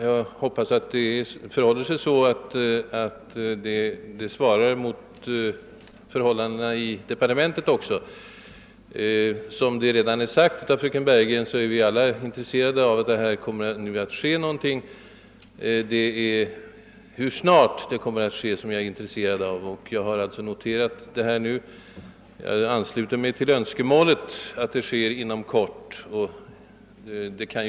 Jag hoppas också att de svarar mot arbetsförutsättningarna i departementet. Som fröken Bergegren yttrade är vi väl här alla intresserade av att det nu sker någonting, men särskilt intresserade är vi av hur snart det sker någonting. Jag ansluter mig självfallet helt till önskemålet att det skall ske någonting »inom kort».